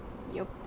yup